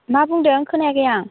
मा बुंदों खोनायाखै आं